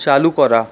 চালু করা